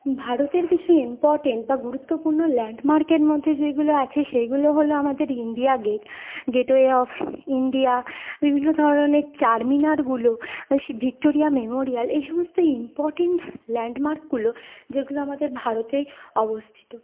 ভারতের কিছু ইম্পর্ট্যান্ট বা গুরুত্বপূর্ণ ল্যান্ডমার্কের মধ্যে যেইগুলো আছে সেইগুলো হলো আমাদের India Gate Gateway of India বিভিন্ন ধরনের চার মিনারগুলো সেই ভিক্টোরিয়া মেমোরিয়াল এই সমস্ত ইম্পর্টেন্ট ল্যান্ডমার্কগুলো যেগুলো আমাদের ভারতে অবস্থিত